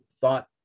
thought